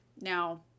Now